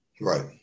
Right